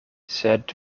sed